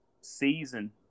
season